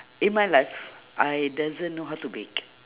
in my life I doesn't know how to bake